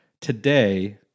Today